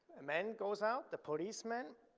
man goes out, the policeman.